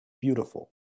beautiful